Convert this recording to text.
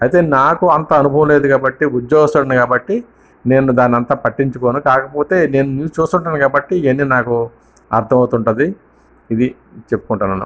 అయితే నాకు అంత అనుభవం లేదు కాబట్టి ఉద్యోగస్తుడిని కాబట్టి నేను దాన్ని అంత పట్టించుకోను కాకపోతే నేను న్యూస్ చూస్తుంటాను కాబట్టి ఇవన్నీ నాకు అర్థమవుతూ ఉంటుంది ఇది చెప్పుకుంటున్నాను